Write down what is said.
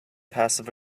passive